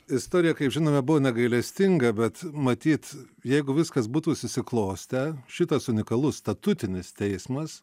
istorija kaip žinome buvo negailestinga bet matyt jeigu viskas būtų susiklostę šitas unikalus statutinis teismas